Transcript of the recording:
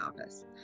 office